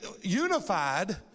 unified